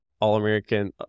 all-American